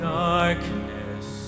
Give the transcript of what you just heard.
darkness